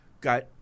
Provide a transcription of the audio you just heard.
got